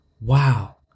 wow